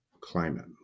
climate